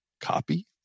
copy